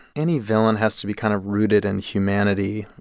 any villain has to be kind of rooted in humanity,